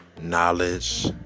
knowledge